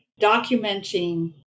documenting